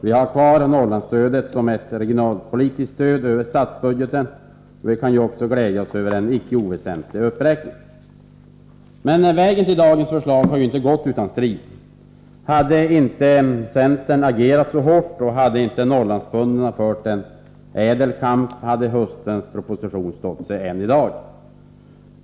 Vi har kvar Norrlandsstödet som ett regionalpolitiskt stöd över statsbudgeten, och vi kan glädja oss åt en icke oväsentlig uppräkning. Vägen till dagens förslag har inte gått utan strid. Hade inte centern agerat så hårt och hade inte Norrlandsbönderna fört en ädel kamp, hade höstens proposition stått sig än i dag.